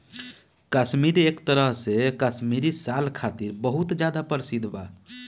काश्मीर एक तरह से काश्मीरी साल खातिर बहुत ज्यादा प्रसिद्ध बा